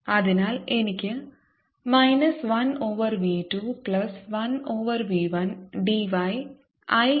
അതിനാൽ എനിക്ക് minus 1 over v 2 plus 1 over v 1 d y i d t 0 ന് തുല്യമാണ്